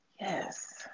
Yes